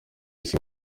isi